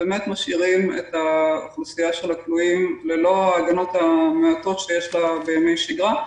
באמת משאירים את אוכלוסיית הכלואים ללא ההגנות המעטות שיש לה בימי שגרה,